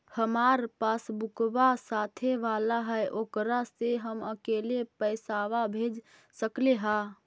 हमार पासबुकवा साथे वाला है ओकरा से हम अकेले पैसावा भेज सकलेहा?